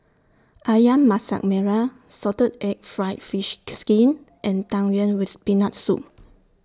Ayam Masak Merah Salted Egg Fried Fish Skin and Tang Yuen with Peanut Soup